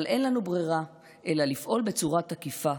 אבל אין לנו ברירה אלא לפעול בצורה תקיפה,